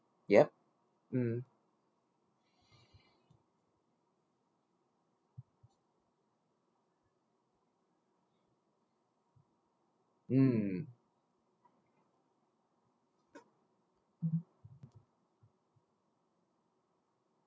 yup mm mm